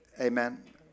amen